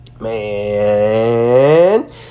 man